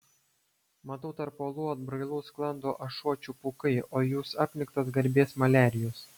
matau tarp uolų atbrailų sklando ašuočių pūkai o jūs apniktas garbės maliarijos